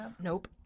Nope